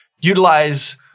utilize